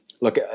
look